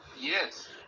Yes